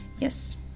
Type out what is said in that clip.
yes